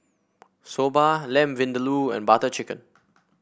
Soba Lamb Vindaloo and Butter Chicken